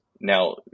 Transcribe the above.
Now